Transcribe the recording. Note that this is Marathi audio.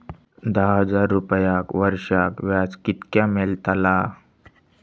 दहा हजार रुपयांक वर्षाक व्याज कितक्या मेलताला?